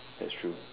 that's true